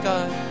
God